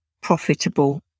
profitable